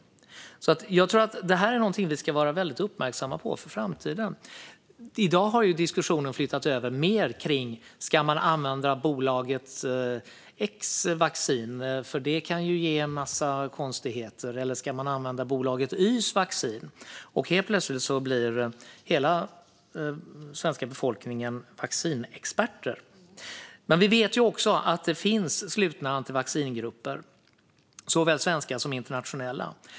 Jag tror att det här är någonting som vi ska vara väldigt uppmärksamma på för framtiden. I dag har diskussionen flyttats över till frågan om man ska använda vaccinet från bolaget X, för det kan ju innebära en massa konstigheter, eller om man ska använda vaccinet från bolaget Y, och helt plötsligt blir hela svenska befolkningen vaccinexperter. Vi vet också att det finns slutna antivaccinationsgrupper - såväl svenska som internationella.